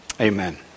Amen